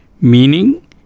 meaning